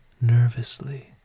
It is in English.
nervously